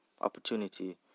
opportunity